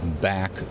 back